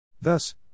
Thus